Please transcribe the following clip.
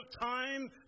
time